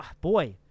Boy